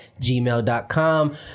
gmail.com